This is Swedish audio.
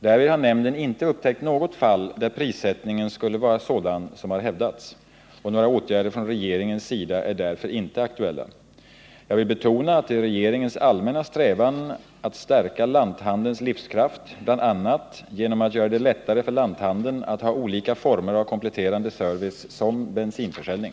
Därvid har nämnden inte upptäckt något fall, där prissättningen skulle vara sådan som har hävdats. Några åtgärder från regeringens sida är därför inte aktuella. Jag vill betona att det är regeringens allmänna strävan att stärka lanthandelns livskraft, bl.a. genom att göra det lättare för lanthandeln att ha olika former av kompletterande service såsom bensinförsäljning.